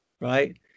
right